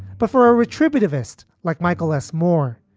but for a retributive test like michael s. moore,